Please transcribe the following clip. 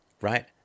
right